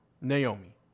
Naomi